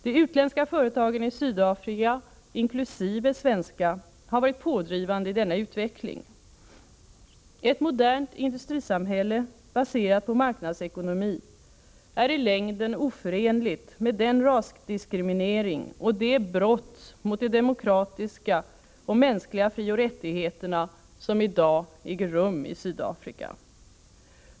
De utländska företagen i Sydafrika, inkl. de svenska, har varit pådrivande i denna utveckling. Ett modernt industrisamhälle baserat på marknadsekonomi är i längden oförenligt med den rasdiskriminering och de brott mot de demokratiska och mänskliga frioch rättigheterna som i dag äger rum i Sydafrika.